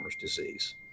disease